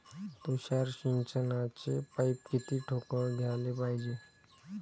तुषार सिंचनाचे पाइप किती ठोकळ घ्याले पायजे?